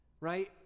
right